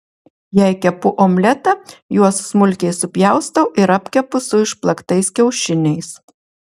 jei kepu omletą juos smulkiai supjaustau ir apkepu su išplaktais kiaušiniais